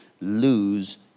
lose